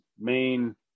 main